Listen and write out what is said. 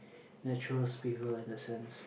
natural speaker in that sense